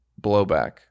blowback